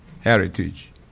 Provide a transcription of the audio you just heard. heritage